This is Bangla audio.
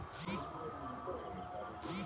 মাছ ধরার বিভিন্ন রকমের পদ্ধতি মেনে মাছ চাষ করা হয়